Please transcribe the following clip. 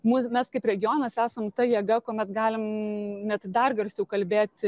mūs mes kaip regionas esam ta jėga kuomet galim net dar garsiau kalbėti